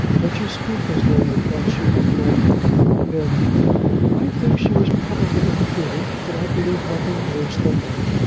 but you speak as though you thought she had been been i think she was probably imprudent, but i believe nothing worse than that.